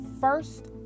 first